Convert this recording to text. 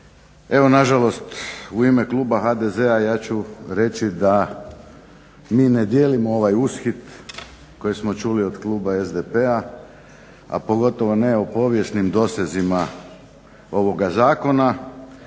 Evo nažalost u ime kluba HDZ-a ja ću reći da mi ne dijelimo ovaj ushit, koji smo čuli od kluba SDP-a, a pogotovo ne o povijesnim dosezima ovoga zakona,